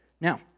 Now